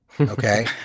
Okay